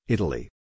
Italy